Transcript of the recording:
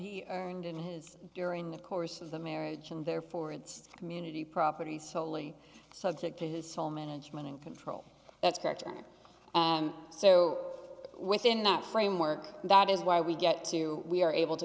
he earned in his during the course of the marriage and therefore it's community property solely subject to his sole management and control that's character and so within that framework that is why we get to we are able to